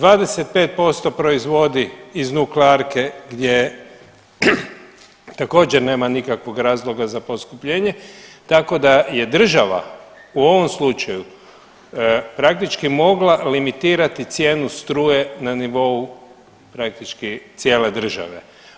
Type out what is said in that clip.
25% proizvodi iz nuklearke gdje također nema nikakvog razloga za poskupljenje, tako da je država u ovom slučaju praktički mogla limitirati cijenu struje na nivou praktički cijele države.